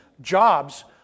jobs